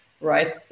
right